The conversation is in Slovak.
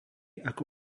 ako